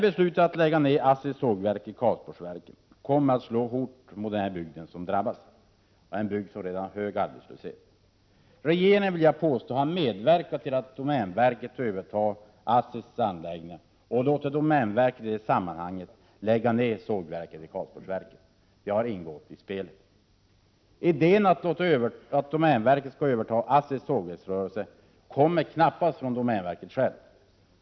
Beslutet att lägga ned ASSI:s sågverk i Karlsborgsverken kommer att slå hårt mot bygden, som redan har en hög arbetslöshet. Regeringen har, vill jag påstå, medverkat till att domänverket övertar ASSI:s anläggningar, och man låter domänverket i det sammanhanget lägga ned sågverket i Karlsborgsverken — det har ingått i spelet. Idén att domänverket skall överta ASSI:s sågverksrörelse kommer knappast från domänverket självt.